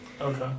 Okay